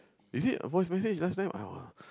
is it voice message last time